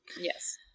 Yes